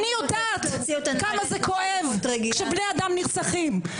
אני יודעת כמה זה כואב כשבני אדם נרצחים,